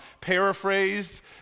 paraphrased